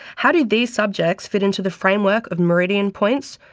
how do these subjects fit into the framework of meridian points,